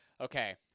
Okay